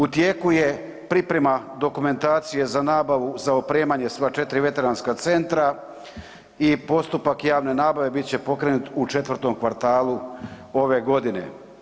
U tijeku je priprema dokumentacije za nabavu za opremanje sva 4 veteranska centra i postupak javne nabave bit će pokrenut u četvrtom kvartalu ove godine.